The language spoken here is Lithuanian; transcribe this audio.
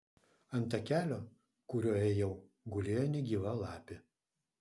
ant takelio kuriuo ėjau gulėjo negyva lapė